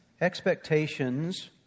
Expectations